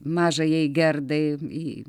mažajai gerdai į